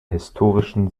historischen